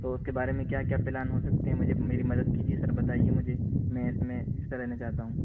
تو اس کے بارے میں کیا کیا پلان ہو سکتے ہیں مجھے میری مدد کیجیے سر بتائیے مجھے میں اس میں حصہ لینا چاہتا ہوں